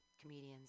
comedians